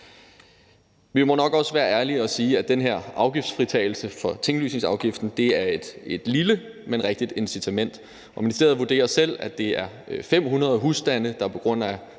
Vi må nok også være ærlige og sige, at den her fritagelse for tinglysningsafgiften er et lille, men rigtigt incitament, og ministeriet vurderer selv, at det er 500 husstande, der på grund af